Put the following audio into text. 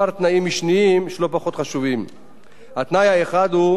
התנאי האחד הוא שמירה על מעמדם של העובדים,